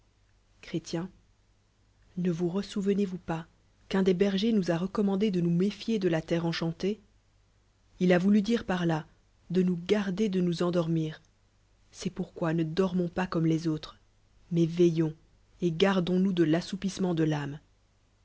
chrét ne vous rcssouveoez vous pas qu'un des bergers nous a recommandé de nous méfier de la terre enchantée il a voulu dire par là de nous garder de nolls endormir c'est pow quoi ne dormons pas comme les autres mais veillons et gardonsnous de l'a ssoupissement de l'âme